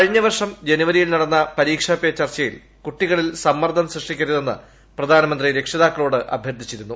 കഴിഞ്ഞ വർഷം ജന്നുപ്പിരിയിൽ നടന്ന പരീക്ഷാ പേ ചർച്ചയിൽ കുട്ടികളിൽ സമ്മർദ്ദം സൃഷ്ടിക്കരുതെന്ന് പ്രധാനമന്ത്രി രക്ഷിതാക്കളോട് അഭ്യർത്ഥിച്ചിരുന്നു